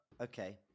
Okay